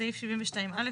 סעיף 72(א).